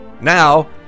Now